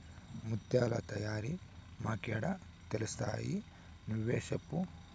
ముత్యాల తయారీ మాకేడ తెలుస్తయి నువ్వే సెప్పు